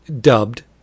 dubbed